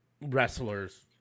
wrestlers